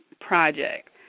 project